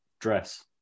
dress